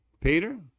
Peter